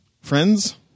friends